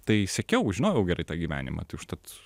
tai sekiau žinojau gerai tą gyvenimą tai užtat